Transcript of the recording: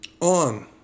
on